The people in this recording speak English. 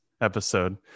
episode